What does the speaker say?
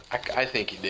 i think you did.